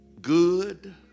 good